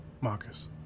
Marcus